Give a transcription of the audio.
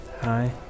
Hi